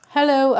Hello